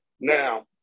now